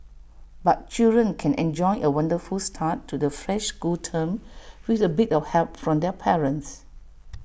but children can enjoy A wonderful start to the fresh school term with A bit of help from their parents